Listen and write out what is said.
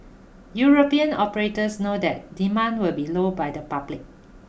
European operators know that demand will be low by the public